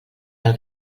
del